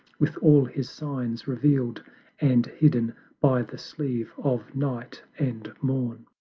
with all his signs reveal'd and hidden by the sleeve of night and morn.